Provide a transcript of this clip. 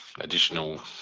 additional